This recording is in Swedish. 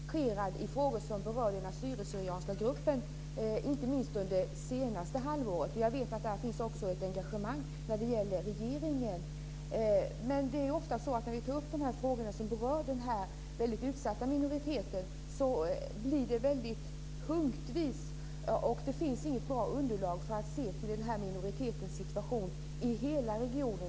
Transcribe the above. Fru talman! Jag vill ställa en fråga till statsrådet Jag har varit engagerad i frågor som berör den assyrisk/syrianska gruppen, inte minst under det senaste halvåret. Jag vet att det finns ett engagemang också från regeringen här. Men när vi tar upp frågor som berör denna väldigt utsatta minoritet blir det ofta väldigt punktvis. Det finns inget bra underlag för att se till den här minoritetens situation i hela regionen.